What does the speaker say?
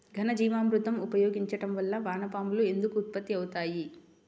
ఘనజీవామృతం ఉపయోగించటం వలన వాన పాములు ఎందుకు ఉత్పత్తి అవుతాయి?